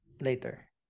later